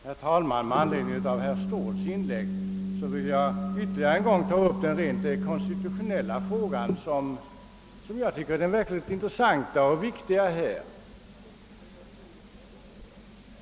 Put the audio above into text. Herr talman! Med anledning av herr Ståhls anförande vill jag än en gång ta upp den konstitutionella frågan, som jag tycker är mycket intressant och viktig i detta sammanhang.